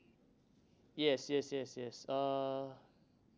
yes yes yes yes uh